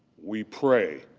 we pray